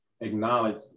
acknowledge